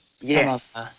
Yes